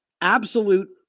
Absolute